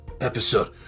episode